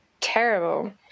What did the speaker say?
terrible